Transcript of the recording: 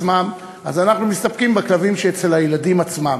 אז אנחנו מסתפקים בכלבים שאצל הילדים עצמם.